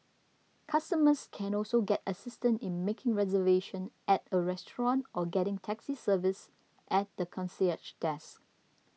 customers can also get assistance in making reservation at a restaurant or getting taxi service at the concierge desk